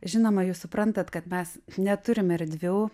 žinoma jūs suprantat kad mes neturim erdvių